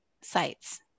sites